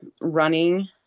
running